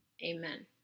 Amen